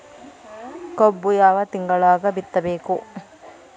ಕಬ್ಬು ಯಾವ ತಿಂಗಳದಾಗ ಬಿತ್ತಬೇಕು?